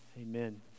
Amen